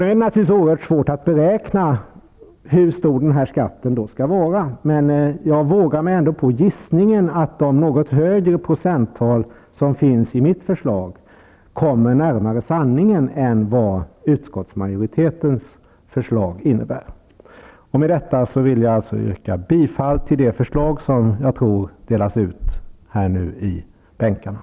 Det är naturligtvis oerhört svårt att beräkna hur stor den skatten skall vara, men jag vågar mig ändå på gissningen att det något högre procenttal som finns i mitt förslag kommer sanningen närmare än vad utskottsmajoritetens förslag gör. Med detta yrkar jag bifall till det förslag som nu delas ut i bänkarna och som har följande lydelse: